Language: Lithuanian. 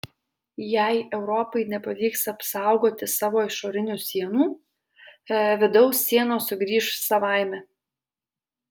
jei europai nepavyks apsaugoti savo išorinių sienų vidaus sienos sugrįš savaime